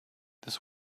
this